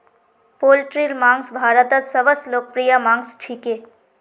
पोल्ट्रीर मांस भारतत सबस लोकप्रिय मांस छिके